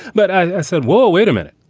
but i said, well, wait a minute.